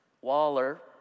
Waller